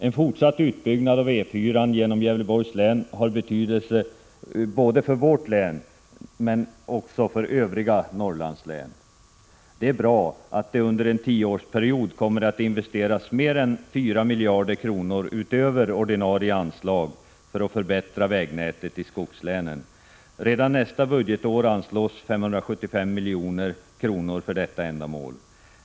En fortsatt utbyggnad av E 4-n genom Gävleborgs län har betydelse både för vårt län och för övriga Norrlandslän. Det är bra att det under en tioårsperiod kommer att investeras mer än 4 miljarder kronor utöver ordinarie anslag för att förbättra vägnätet i skogslänen. Redan nästa budgetår anslås 575 milj.kr. för detta ändamål.